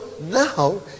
now